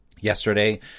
yesterday